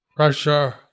Pressure